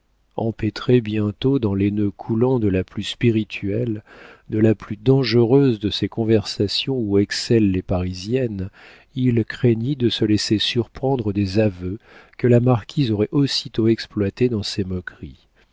empêtré bientôt dans les nœuds coulants de la plus spirituelle de la plus dangereuse de ces conversations où excellent les parisiennes il craignit de se laisser surprendre des aveux que la marquise aurait aussitôt exploités dans ses moqueries